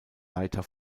leiter